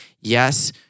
Yes